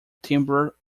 timber